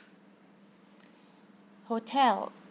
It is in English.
hotel